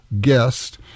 guest